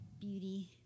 Beauty